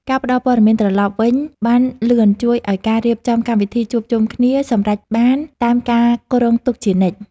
ការផ្ដល់ព័ត៌មានត្រឡប់វិញបានលឿនជួយឱ្យការរៀបចំកម្មវិធីជួបជុំគ្នាសម្រេចបានតាមការគ្រោងទុកជានិច្ច។